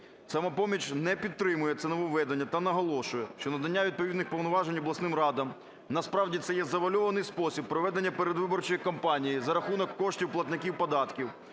"Самопоміч" не підтримує це нововведення та наголошує, що надання відповідних повноважень обласним радам насправді це є завуальований спосіб проведення передвиборчої кампанії за рахунок коштів платників податків.